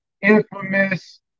Infamous